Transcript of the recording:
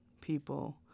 people